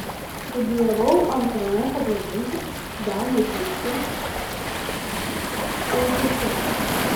studijavau antrame pagal dydį danijos mieste aarhuse